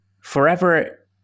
forever